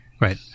right